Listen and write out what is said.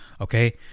okay